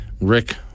Rick